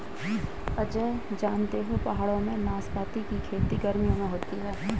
अजय जानते हो पहाड़ों में नाशपाती की खेती गर्मियों में होती है